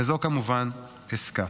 וזו כמובן, עסקה.